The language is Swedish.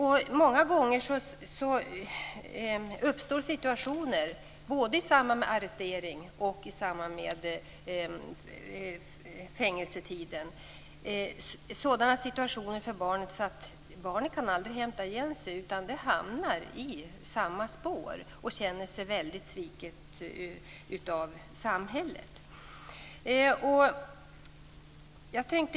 Många gånger uppstår, både i samband med arresteringen och under fängelsetiden, situationer som är sådana att barnet aldrig kan hämta sig. I stället hamnar barnet i samma spår och känner sig sviket av samhället.